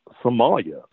Somalia